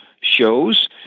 shows